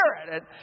Spirit